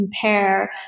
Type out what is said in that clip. compare